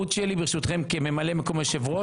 הוא אמר לי שהוא גם לא שולט בו.